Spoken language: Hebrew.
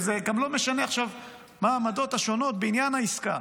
וזה גם לא משנה עכשיו מה העמדות השונות בעניין העסקה,